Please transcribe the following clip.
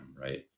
right